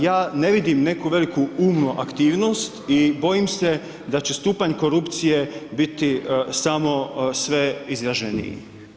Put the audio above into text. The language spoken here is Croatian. Ja ne vidim neku veliku umnu aktivnost i bojim se da će stupanj korupcije biti samo sve izraženiji.